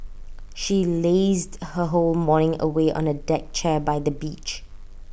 she lazed her whole morning away on A deck chair by the beach